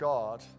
God